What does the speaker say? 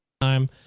time